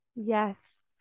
yes